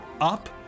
Up